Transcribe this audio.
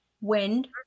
wind